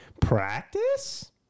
practice